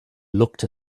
looked